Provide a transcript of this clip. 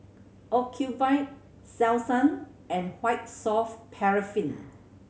Ocuvite Selsun and White Soft Paraffin